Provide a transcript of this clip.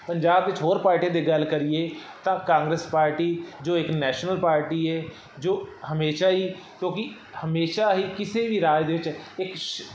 ਪੰਜਾਬ ਵਿੱਚ ਹੋਰ ਪਾਰਟੀਆਂ ਦੀ ਗੱਲ ਕਰੀਏ ਤਾਂ ਕਾਂਗਰਸ ਪਾਰਟੀ ਜੋ ਇੱਕ ਨੈਸ਼ਨਲ ਪਾਰਟੀ ਹੈ ਜੋ ਹਮੇਸ਼ਾ ਹੀ ਕਿਉਂਕਿ ਹਮੇਸ਼ਾ ਹੀ ਕਿਸੇ ਵੀ ਰਾਜ ਦੇ ਵਿੱਚ ਇੱਕ ਸ਼